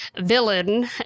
villain